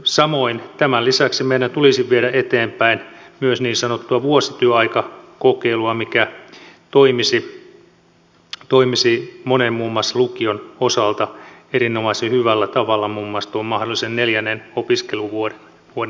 samoin tämän lisäksi meidän tulisi viedä eteenpäin myös niin sanottua vuosityöaikakokeilua mikä toimisi monen muun muassa lukion osalta erinomaisen hyvällä tavalla muun muassa tuon mahdollisen neljännen opiskeluvuoden osalta